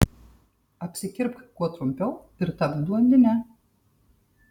apsikirpk kuo trumpiau ir tapk blondine